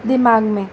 दिमाग़ में